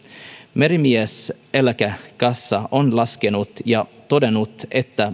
merimieseläkekassa on laskenut ja todennut että